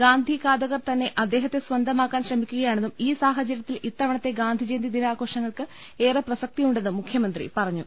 ഗാന്ധി ഘാതകർ തന്നെ അദ്ദേഹത്തെ സ്വന്തമാക്കാൻ ശ്രമിക്കുകയാണെന്നും ഈ സാഹചര്യത്തിൽ ഇത്തവ ണത്തെ ഗാന്ധിജയന്തി ദിനാഘോഷങ്ങൾക്ക് ഏറെ പ്രസ ക്തിയുണ്ടെന്നും മുഖ്യമന്ത്രി പറഞ്ഞു